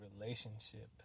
relationship